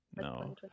no